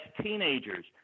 teenagers